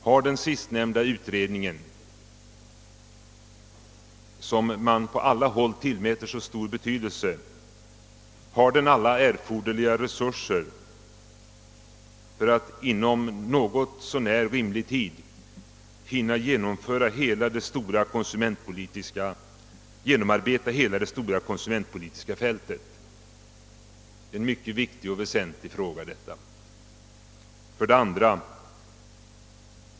Har sistnämnda utredning, som man på alla håll tillmäter så stor betydelse, alla de resurser som erfordras för att inom något så när rimlig tid hinna genomarbeta hela det stora konsumentpolitiska fältet? Det är en mycket viktig och väsentlig fråga. 2.